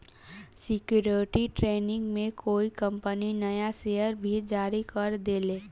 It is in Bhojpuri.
सिक्योरिटी ट्रेनिंग में कोई कंपनी नया शेयर भी जारी कर देले